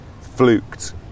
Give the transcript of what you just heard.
fluked